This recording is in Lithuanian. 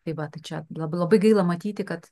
taip vat tai čia labai labai gaila matyti kad